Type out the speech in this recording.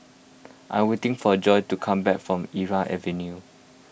I am waiting for Joy to come back from Irau Avenue